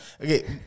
okay